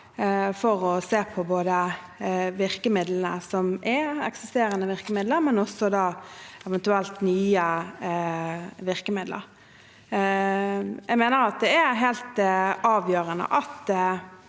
for å se på både eksisterende virkemidler og også eventuelt nye virkemidler. Jeg mener det er helt avgjørende at